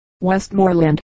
Westmoreland